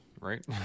right